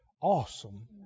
awesome